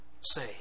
say